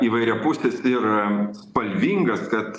įvairiapusis ir spalvingas kad